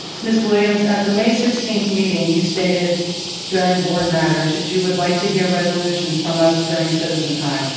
miss williams, at the may sixteenth meeting you stated during board matters that you would like to hear resolutions from us during citizen time,